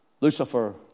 Lucifer